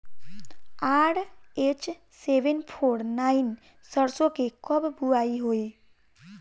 RH seven four nine सरसो के कब बुआई होई?